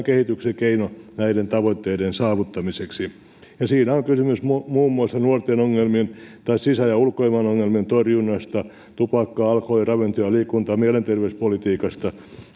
kehityksen keino näiden tavoitteiden saavuttamiseksi siinä on kysymys muun muun muassa nuorten ongelmien tai sisä ja ulkoilmaongelmien torjumisesta tupakka alkoho li ravinto liikunta ja mielenterveyspolitiikasta